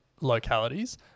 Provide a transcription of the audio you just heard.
localities